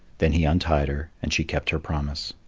then he untied her, and she kept her promise.